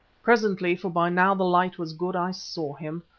presently, for by now the light was good, i saw him,